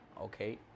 okay